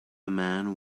man